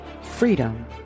freedom